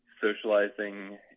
socializing